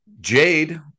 Jade